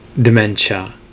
Dementia